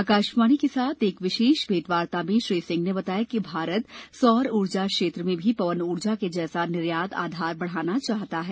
आकाशवाणी के साथ एक विशेष भेंटवार्ता में श्री सिंह ने बताया कि भारत सौर ऊर्जा क्षेत्र में भी पवन ऊर्जा के जैसा निर्यात आधार बढ़ाना चाहता है